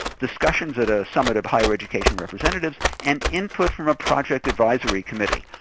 discussions at a summit of higher education representatives, and input from a project advisory committee.